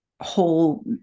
whole